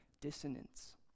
dissonance